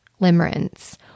limerence